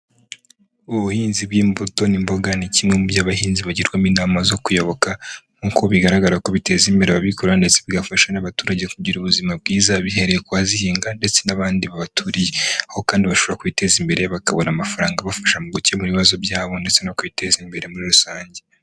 Ubuhinzi bw'imbuto n'imboga, ni kimwe mu by'abahinzi bagirwamo inama zo kuyoboka, nk'uko bigaragara ko biteza imbere ababikora, ndetse bigafasha n'abaturage kugira ubuzima bwiza, bihereye ku bazihinga ndetse n'abandi ba baturiye. Aho kandi bashobora kwiteza imbere bakabona amafaranga abafasha mu gukemura ibibazo byabo, ndetse no kwiteza imbere muri rusange.